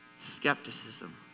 Skepticism